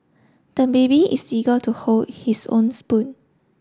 the baby is eager to hold his own spoon